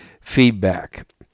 feedback